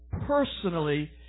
personally